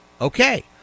Okay